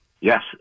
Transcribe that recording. Yes